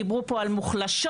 דיברו פה על מוחלשות.